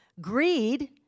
greed